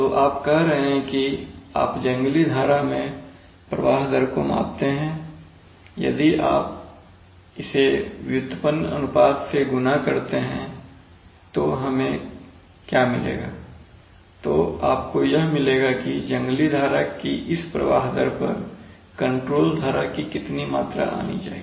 तो आप कह रहे हैं कि आप जंगली धारा में प्रवाह दर को मापते हैं यदि आप इसे व्युत्पन्न अनुपात से गुणा करते हैं तो हमें क्या मिलेगा तो आपको यह मिलेगा कि जंगली धारा की इस प्रवाह दर पर कंट्रोल धारा की कितनी मात्रा आनी चाहिए